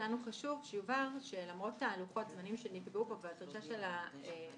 לנו חשוב שיובהר שלמרות לוחות הזמנים שנקבעו פה והעניין של המשלם,